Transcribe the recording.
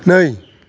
नै